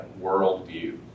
worldview